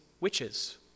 witches